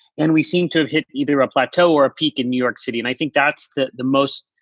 and we seemed to hit either a plateau or a peak in new york city. and i think that's the the most.